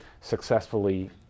successfully